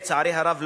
לצערי הרב,